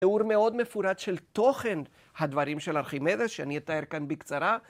תיאור מאוד מפורט של תוכן הדברים של ארכימדס, שאני אתאר כאן בקצרה.